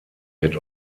wird